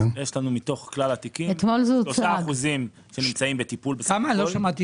מתוך כלל התיקים 3% נמצאים בטיפול בסך הכול.